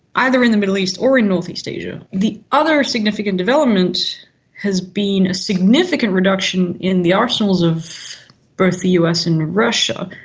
either in the middle east or in northeast asia. the other significant development has been a significant reduction in the arsenals of both the us and russia,